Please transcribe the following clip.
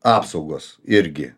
apsaugos irgi